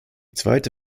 zweite